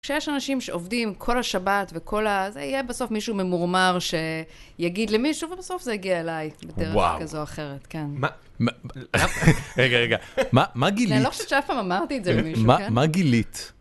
כשיש אנשים שעובדים כל השבת וכל ה... זה יהיה בסוף מישהו ממורמר שיגיד למישהו, ובסוף זה יגיע אליי בדרך - וואו - כזו או אחרת, כן. מה - רגע, רגע, מה מה גילית? ואני לא חושבת שאף פעם אמרתי את זה למישהו, כן? מה מה גילית?